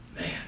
Man